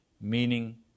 meaning